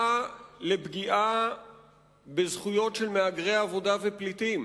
לפגיעה בזכויות של מהגרי עבודה ופליטים.